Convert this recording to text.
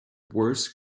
worst